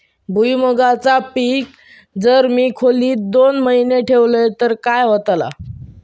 भुईमूगाचा पीक जर मी खोलेत दोन महिने ठेवलंय तर काय होतला नाय ना?